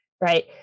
right